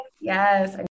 Yes